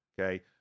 okay